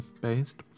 based